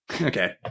Okay